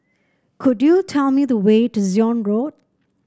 could you tell me the way to Zion Road